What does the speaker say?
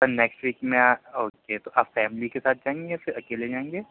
سر next week میں okay تو آپ فیملی کے ساتھ جائیں گے پھر اکیلے جائیں گے